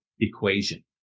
equation